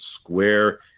square